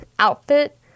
outfit